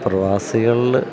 പ്രവാസികളില്